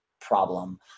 Problem